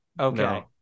Okay